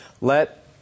let